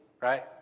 right